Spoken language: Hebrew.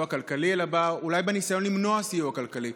הכלכלי אלא אולי בניסיון למנוע סיוע כלכלי.